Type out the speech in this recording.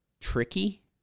tricky